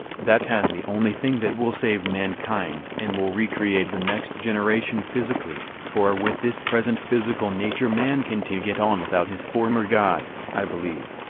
that s the only thing that will save mankind and will recreate the next generation physically for with this present physical nature man can t get on without his former god, i believe.